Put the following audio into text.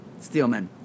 Steelmen